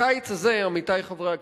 הקיץ הזה, עמיתי חברי הכנסת,